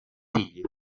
figli